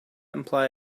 imply